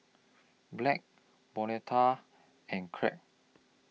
Blanch Bonita and Kraig